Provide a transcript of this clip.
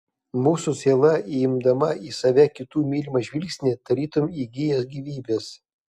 mūsų siela įimdama į save kitų mylimą žvilgsnį tarytum įgyja gyvybės